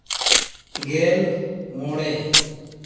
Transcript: ᱜᱮᱞ ᱢᱚᱬᱮ